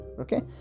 okay